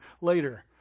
later